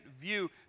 view